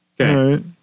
Okay